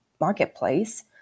marketplace